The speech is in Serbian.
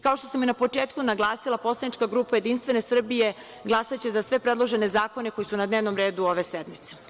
Kao što sam na početku naglasila, poslaničke grupa JS glasaće za sve predložene zakone koji su na dnevnom redu ove sednice.